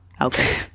Okay